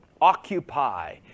occupy